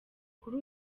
kuri